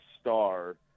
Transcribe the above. star